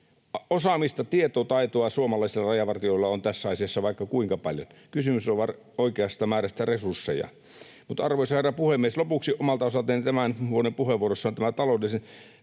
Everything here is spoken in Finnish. Osaamista ja tietotaitoa suomalaisilla rajavartijoilla on tässä asiassa vaikka kuinka paljon. Kysymys on vain oikeasta määrästä resursseja. Arvoisa herra puhemies! Lopuksi omalta osaltani tämän vuoden puheenvuorossa on tämä taloudellisen